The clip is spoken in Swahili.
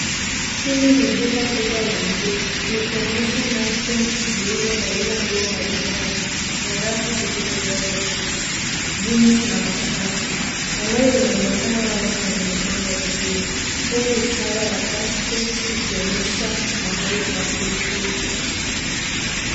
Hili ni duka kubwa la nguo, likionyesha mannequins zilizovalia nguo maridadi, na rafu zilizojazwa suti, jeans na mashati. Eneo linaonekana wazi na limepangwa vizuri, huku ishara ya cashpoint ikionyesha mahali pa kulipia.